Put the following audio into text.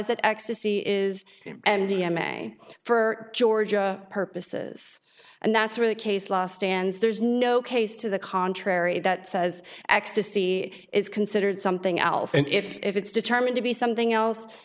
that ecstasy is d m a for georgia purposes and that's where the case law stands there's no case to the contrary that says ecstasy is considered something else and if it's determined to be something else